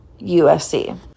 USC